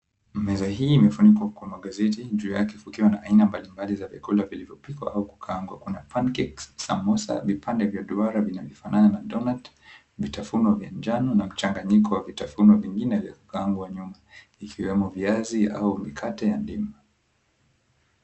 Meza hii imefunikwa kwa magazeti. Juu yake kukiwa na aina mbalimbali za vyakula vilivyopikwa au kukaangwa. Kuna pancakes , samosa, vipande vya duara vinavyofanana na donut , vitafunwa vya njano na mchanganyiko wa vitafunwa vingine vya kukaangwa nyuma, ikiwemo viazi au mikate ya ndimu.